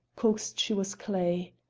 coaxed she was clay.